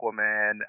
Aquaman